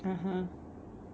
(uh huh)